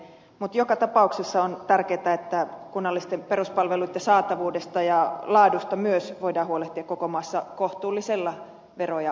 mutta joka tapauksessa on tärkeätä että kunnallisten peruspalveluitten saatavuudesta ja laadusta myös voidaan huolehtia koko maassa kohtuullisilla vero ja maksurasituksilla